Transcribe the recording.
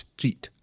Street